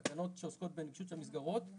תקנות שעוסקות בנגישות המסגרות,